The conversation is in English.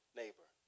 neighbor